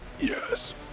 Yes